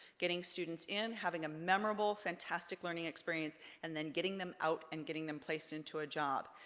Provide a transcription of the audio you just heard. getting students in, having a memorable, fantastic learning experience, and then getting them out and getting them placed into a job.